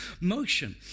motion